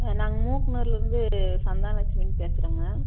ஆ நாங்கள் மூக்நூரிலேருந்து சந்தான லக்ஷ்மின்னு பேசுகிறேங்க